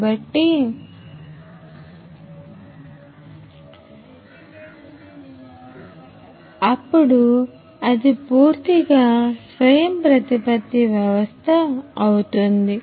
కాబట్టి అప్పుడు అది పూర్తిగా స్వయంప్రతిపత్తి వ్యవస్థ అవుతుంది